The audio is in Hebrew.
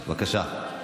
בבקשה.